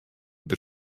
der